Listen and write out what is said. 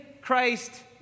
Christ